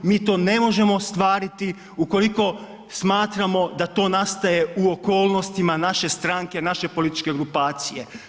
Mi to ne možemo ostvariti ukoliko smatramo da to nastaje u okolnostima naše stranke, naše političke grupacije.